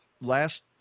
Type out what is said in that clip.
last